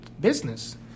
business